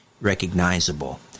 recognizable